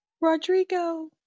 Rodrigo